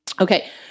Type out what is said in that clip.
Okay